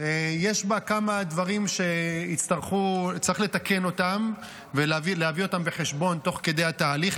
כמה דברים שצריך לתקן ולהביא אותם בחשבון תוך כדי התהליך.